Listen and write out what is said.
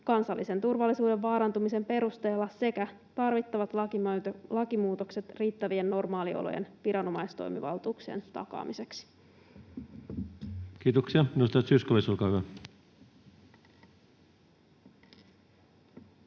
kansallisen turvallisuuden vaarantumisen perusteella sekä tarvittavat lakimuutokset riittävien normaaliolojen viranomaistoimivaltuuksien takaamiseksi.” Kiitoksia. — Edustaja Zyskowicz, olkaa hyvä.